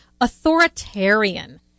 authoritarian